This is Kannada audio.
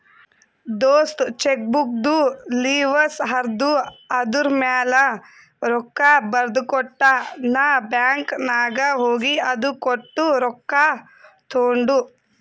ದೋಸ್ತ ಚೆಕ್ಬುಕ್ದು ಲಿವಸ್ ಹರ್ದು ಅದೂರ್ಮ್ಯಾಲ ರೊಕ್ಕಾ ಬರ್ದಕೊಟ್ಟ ನಾ ಬ್ಯಾಂಕ್ ನಾಗ್ ಹೋಗಿ ಅದು ಕೊಟ್ಟು ರೊಕ್ಕಾ ತೊಂಡು